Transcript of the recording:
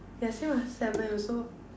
ya same ah seven also